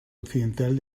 occidental